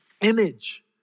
image